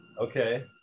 Okay